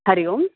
Hari Om